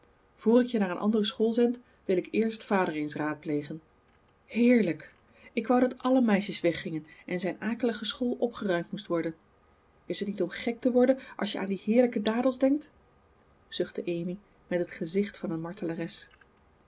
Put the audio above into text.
ik je naar een andere school zend wil ik eerst vader eens raadplegen heerlijk ik wou dat alle meisjes weggingen en zijn akelige school opgeruimd moest worden is t niet om gek te worden als je aan die heerlijke dadels denkt zuchtte amy met het gezicht van een